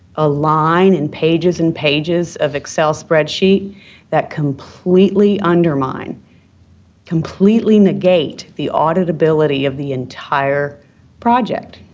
a line in pages and pages of excel spreadsheet that completely undermine completely negate the audibility of the entire project.